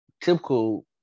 typical